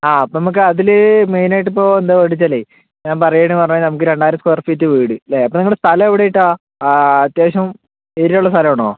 ആ അപ്പം നമുക്ക് അതില് മെയിനായിട്ടിപ്പോൾ എന്താ വേണ്ടെന്നു വെച്ചാലേ ഞാൻ പറയണ് പറഞ്ഞാൽ നമുക്ക് രണ്ടായിരം സ്ക്വയർ ഫീറ്റ് വീട് ല്ലേ അപ്പം നിങ്ങളുടെ സ്ഥലം എവിടെയായിട്ടാ അത്യാവശ്യം ഏരിയ ഉള്ള സ്ഥലാമാണോ